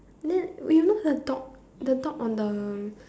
then you know the dog the dog on the